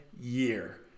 year